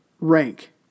rank